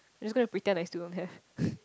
just gonna pretend I still don't have